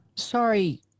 Sorry